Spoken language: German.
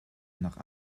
nach